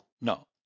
No